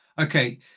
Okay